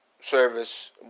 service